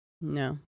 no